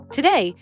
Today